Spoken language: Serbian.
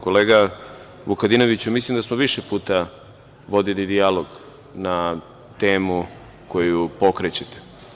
Kolega Vukadinoviću, mislim da smo više puta vodili dijalog na temu koju pokrećete.